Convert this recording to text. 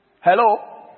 Hello